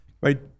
right